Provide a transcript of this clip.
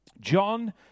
John